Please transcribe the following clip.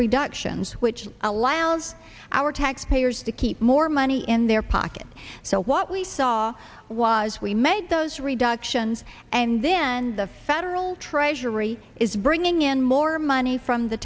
reductions which allows our taxpayers to keep more money in their pocket so what we saw was we made those reductions and then the federal treasury is bringing in more money from the